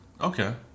Okay